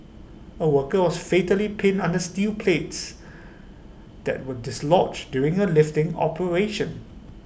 A worker was fatally pinned under steel plates that were dislodged during A lifting operation